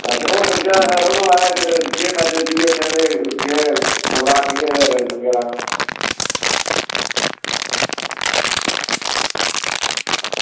hotel रौह्ना होऐ ते केह् फेस्लिटी ऐ ते केह् कमरा केह् रेट बगैरा